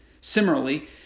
Similarly